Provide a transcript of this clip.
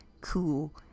cool